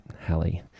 Hallie